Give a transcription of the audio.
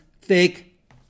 fake